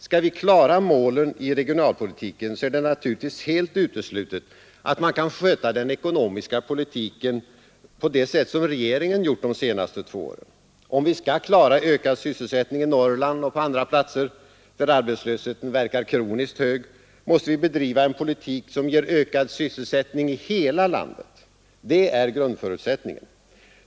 Skall vi klara målen i regionalpolitiken så är det naturligtvis helt uteslutet att man kan få sköta den ekonomiska politiken på det sätt som regeringen gjort de senaste två åren. Om vi skall klara ökad sysselsättning i Norrland och inom andra områden där arbetslösheten verkat kroniskt hög, måste vi bedriva en politik som ger ökad sysselsättning i hela landet. Det är grundförutsättningen.